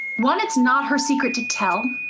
one, it's not her secret to tell.